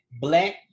Black